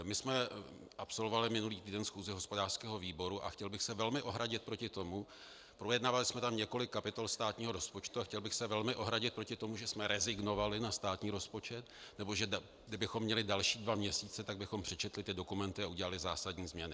My jsme absolvovali minulý týden schůzi hospodářského výboru a chtěl bych se velmi ohradit proti tomu projednávali jsme tam několik kapitol státního rozpočtu a chtěl bych se velmi ohradit proti tomu, že jsme rezignovali na státní rozpočet, nebo že kdybychom měli další dva měsíce, tak bychom přečetli ty dokumenty a udělali zásadní změny.